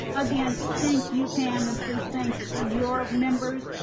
again thank you pam, and please thank your members.